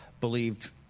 believed